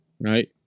right